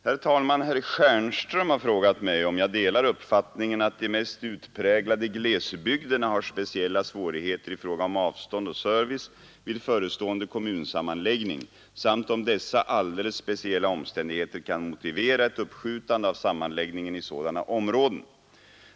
Herr talman! Herr Stjernström har frågat mig om jag delar uppfattningen att de mest utpräglade glesbygderna har speciella svårigheter i fråga om avstånd och service vid förestående kommunsammanläggning samt om dessa alldeles speciella omständigheter kan motivera ett uppskjutande av sammanläggningen i sådana områden.